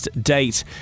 date